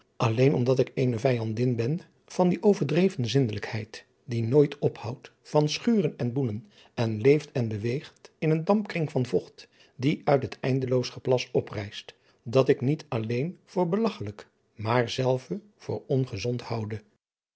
alleen omdat ik eene vijandin ben van die overdreven zindelijkheid die nooit ophoudt van schuren en boenen en leeft en beweegt in een dampkring van vocht die uit het eindeloos geplas oprijst dat ik niet alleen voor belagchelijk maar zelfe voor ongezond houde